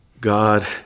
God